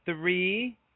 three